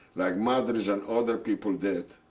like madritsch and other people did,